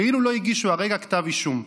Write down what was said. כאילו לא הגישו הרגע כתב אישום.